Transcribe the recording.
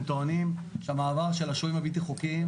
הם טוענים שהמעבר של השוהים הבלתי חוקיים,